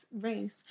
race